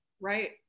Right